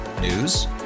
News